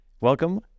welcome